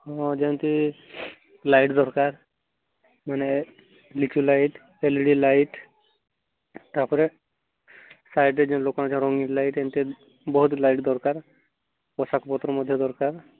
ହଁ ଯେମିତି ଲାଇଟ୍ ଦରକାର ମାନେ ଲିଚୁ light L E D light ତା'ପରେ ସାଇଟରେ ଏମିତି ବହୁତ ଲାଇଟ୍ ଦରକାର୍ ପୋଷାକ ପତ୍ର ମଧ୍ୟ ଦରକାର